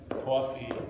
coffee